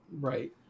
Right